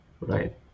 Right